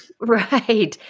right